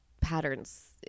patterns